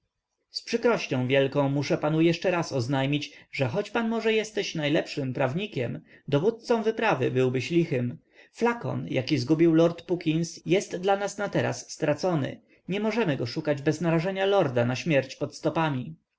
znaleźć z przykrością wielką muszę panu jeszcze raz oznajmić że choć pan może jesteś najlepszym prawnikiem dowódcą wyprawy byłbyś lichym flakon jaki zgubił lord puckins jest dla nas na teraz stracony nie możemy go szukać bez narażenia lorda na śmierć pod stopami